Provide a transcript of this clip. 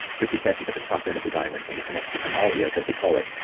rishikesh is at the top end of the diamond and um ah the himalayas as they call it,